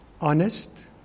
honest